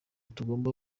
tugomba